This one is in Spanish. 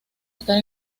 estar